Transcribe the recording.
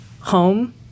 home